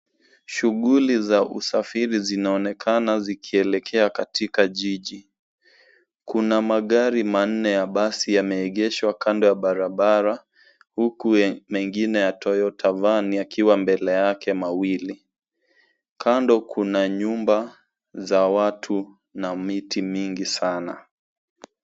Shughuli za usafiri zinaonekana zikielekea katika jiji. Kuna magari manne ya basi yameegeshwa kando ya barabara, huku mengine ya Toyota Van yakiwa mbele yake mawili. Kando kuna nyumba za watu na miti mingi sana.